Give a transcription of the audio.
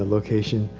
location.